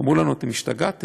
אמרו לנו: אתם השתגעתם,